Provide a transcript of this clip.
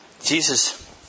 Jesus